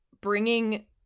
bringing